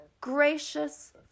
Gracious